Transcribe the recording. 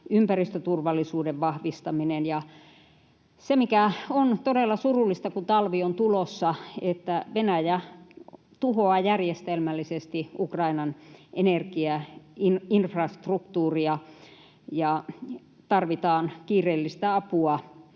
ympäristöturvallisuuden vahvistaminen. Se, mikä on todella surullista, kun talvi on tulossa, on se, että Venäjä tuhoaa järjestelmällisesti Ukrainan energiainfrastruktuuria. Tarvitaan kiireellistä apua